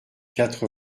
quatre